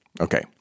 Okay